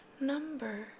number